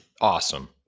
Awesome